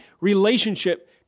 relationship